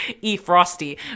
e-frosty